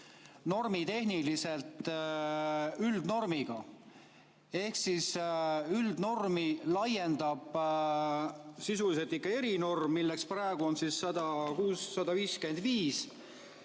normitehniliselt üldnormiga. Üldnormi laiendab sisuliselt ikka erinorm, milleks praegu on § 155